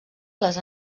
les